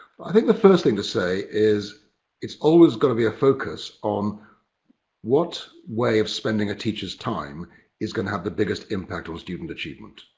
i think the first thing to say is it's always gotta be a focus on what way of spending a teachers time is gonna have the biggest impact on student achievement.